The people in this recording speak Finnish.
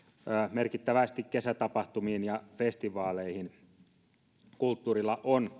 merkittävästi kesätapahtumiin ja festivaaleihin kulttuurilla on